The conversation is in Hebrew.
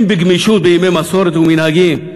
אם בגמישות בימי מסורת ומנהגים.